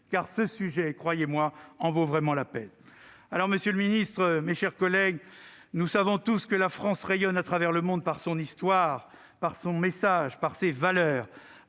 ce sujet en valant vraiment la peine. Monsieur le ministre, mes chers collègues, nous le savons tous, la France rayonne à travers le monde par son histoire, par son message et par ses valeurs.